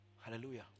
Hallelujah